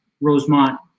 Rosemont